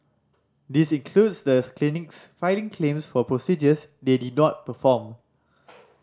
this includes the clinics filing claims for procedures they did not perform